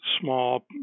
small